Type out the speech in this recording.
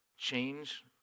change